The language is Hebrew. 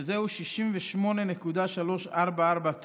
שזהו 68.344 טונה.